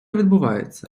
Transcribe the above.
відбувається